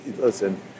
Listen